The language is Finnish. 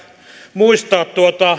muistaa